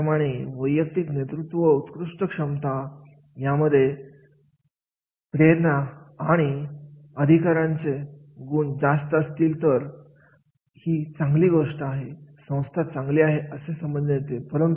त्याचप्रमाणे वैयक्तिक नेतृत्व उत्कृष्ट क्षमता यामध्ये समजा प्रेरणा आणि अधिकारांची गुण जास्त असतील तर ही चांगली गोष्ट आहे संस्था चांगली आहे असे समजण्यात येते